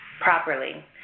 properly